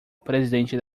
presidente